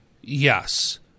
Yes